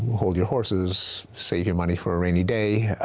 hold your horses, save your money for a rainy day,